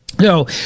No